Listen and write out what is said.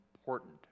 important